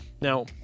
Now